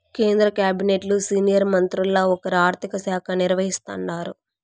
కేంద్ర కాబినెట్లు సీనియర్ మంత్రుల్ల ఒకరు ఆర్థిక శాఖ నిర్వహిస్తాండారు